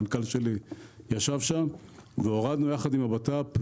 המנכ"ל שלי ישב יחד עם הבט"פ,